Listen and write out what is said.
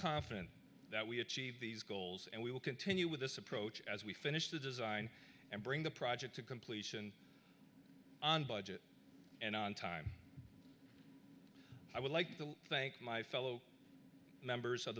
confident that we achieve these goals and we will continue with this approach as we finish the design and bring the project to completion on budget and on time i would like to thank my fellow members of